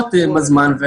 נדחות עם הזמן.